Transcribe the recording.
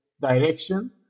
direction